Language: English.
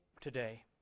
today